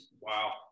Wow